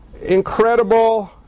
incredible